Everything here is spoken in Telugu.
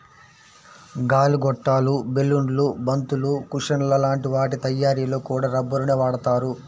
గాలి గొట్టాలు, బెలూన్లు, బంతులు, కుషన్ల లాంటి వాటి తయ్యారీలో కూడా రబ్బరునే వాడతారు